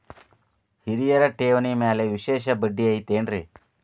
ಹಿರಿಯರ ಠೇವಣಿ ಮ್ಯಾಲೆ ವಿಶೇಷ ಬಡ್ಡಿ ಐತೇನ್ರಿ?